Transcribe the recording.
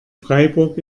freiburg